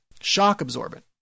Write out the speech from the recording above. shock-absorbent